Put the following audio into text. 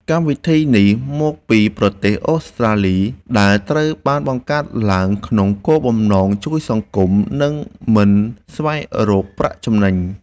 កម្មវិធីនេះមកពីប្រទេសអូស្ត្រាលីដែលត្រូវបានបង្កើតឡើងក្នុងគោលបំណងជួយសង្គម និង មិនស្វែងរកប្រាក់ចំណេញ។